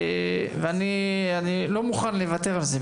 ואני לא מוכן לוותר על זה.